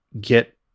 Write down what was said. get